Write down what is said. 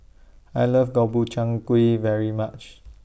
I like Gobchang Gui very much